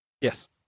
Yes